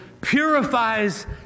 purifies